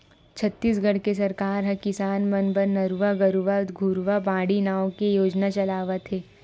छत्तीसगढ़ के सरकार ह किसान मन बर नरूवा, गरूवा, घुरूवा, बाड़ी नांव के योजना चलावत हे